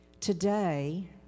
Today